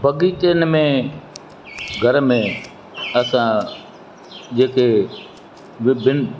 बाग़ीचनि में घर में असां जेके विभिन